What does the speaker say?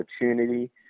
opportunity